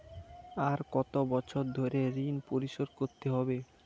আর কত বছর ধরে ঋণ পরিশোধ করতে হবে?